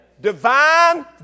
Divine